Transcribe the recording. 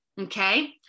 okay